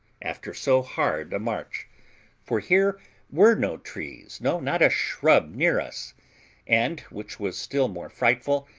after so hard a march for here were no trees, no, not a shrub near us and, which was still more frightful,